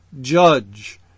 judge